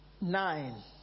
nine